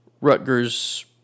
Rutgers